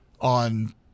on